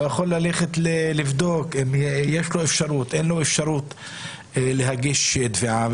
לא יכולים לבדוק אם יש אפשרות או אין אפשרות להגיש תביעה.